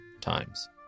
times